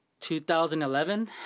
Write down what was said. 2011